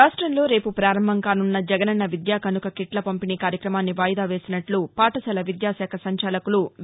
రాష్ట్రంలో రేపు పారంభంకానున్న జగనన్న విద్యాకానుక కిట్ల పంపిణీ కార్యక్రమాన్ని వాయిదా వేసినట్ల పాఠశాల విద్యాశాఖ సంచాలకులు వి